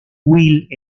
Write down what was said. will